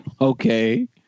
Okay